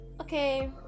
okay